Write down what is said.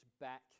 back